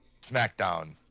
SmackDown